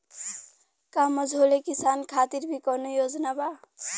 का मझोले किसान खातिर भी कौनो योजना बा?